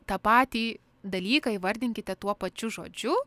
tą patį dalyką įvardinkite tuo pačiu žodžiu